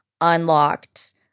unlocked